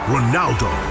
Ronaldo